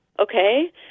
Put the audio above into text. Okay